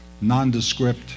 nondescript